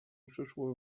przyszło